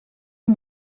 amb